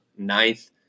Ninth